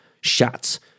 shots